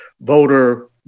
voter